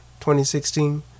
2016